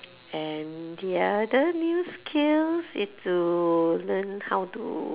and the other new skills is to learn how to